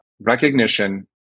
recognition